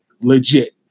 legit